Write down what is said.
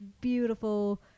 beautiful